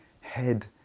head